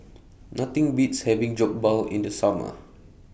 Nothing Beats having Jokbal in The Summer